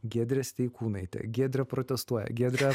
giedrė steikūnaitė giedrė protestuoja giedre